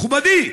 מכובדי,